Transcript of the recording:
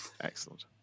Excellent